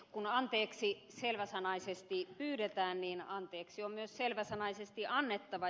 kun anteeksi selväsanaisesti pyydetään niin anteeksi on myös selväsanaisesti annettava